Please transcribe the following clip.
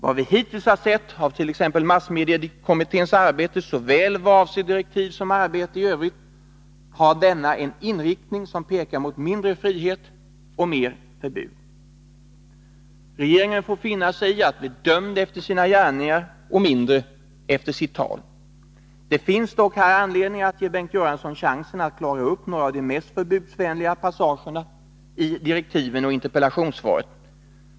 Vad vi hittills har sett av t.ex. massmediekommitténs arbete, i vad avser såväl direktiv som arbete i övrigt, har detta en inriktning som pekar mot mindre frihet och mer förbud. Regeringen får finna sig i att bli dömd efter sina gärningar och mindre efter sitt tal. Det finns dock här anledning att ge Bengt Göransson chansen att klara upp några av de mest förbudsvänliga passagerna i direktiven och interpellationssvaret.